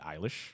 Eilish